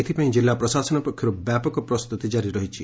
ଏଥ୍ପାଇଁ ଜିଲ୍ଲା ପ୍ରଶାସନ ପକ୍ଷରୁ ବ୍ୟାପକ ପ୍ରସ୍ତୁତି ଜାରି ରହିଛି